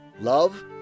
love